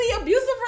abusive